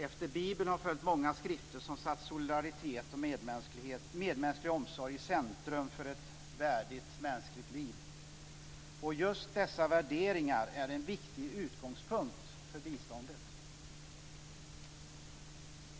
Efter Bibeln har följt många skrifter som satt solidaritet och medmänsklig omsorg i centrum för ett värdigt mänskligt liv. Just dessa värderingar är en viktig utgångspunkt för biståndet.